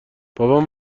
بابام